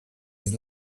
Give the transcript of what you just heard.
his